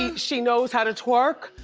she knows how to twerk.